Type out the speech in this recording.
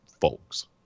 folks